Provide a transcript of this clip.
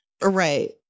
Right